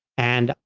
and,